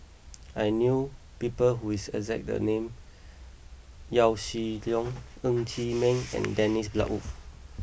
I knew people who is exact the name Yaw Shin Leong Ng Chee Meng and Dennis Bloodworth